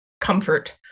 comfort